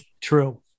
true